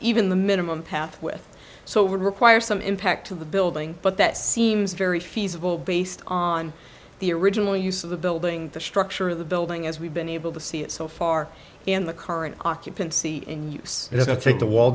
even the minimum path with so require some impact to the building but that seems very feasible based on the original use of the building the structure of the building as we've been able to see it so far and the current occupancy in use is not take the wall